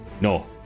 No